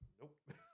Nope